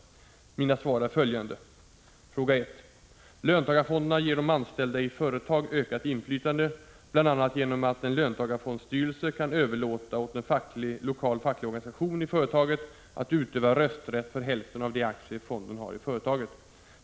Mina svar är följande: Fråga 1: Löntagarfonderna ger de anställda i ett företag ökat inflytande, bl.a. genom att en löntagarfondsstyrelse kan överlåta åt en lokal facklig organisation i företaget att utöva rösträtt för hälften av de aktier fonden har i företaget.